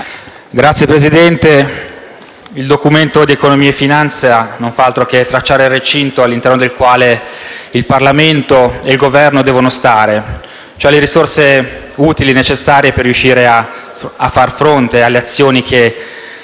Signor Presidente, il Documento di economia e finanza non fa altro che tracciare il recinto all'interno del quale il Parlamento e il Governo devono stare, cioè le risorse utili e necessarie per riuscire a far fronte alle azioni che